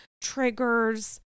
triggers